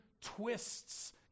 twists